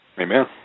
Amen